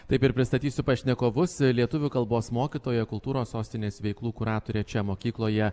taip ir pristatysiu pašnekovus lietuvių kalbos mokytoja kultūros sostinės veiklų kuratorė čia mokykloje